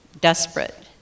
desperate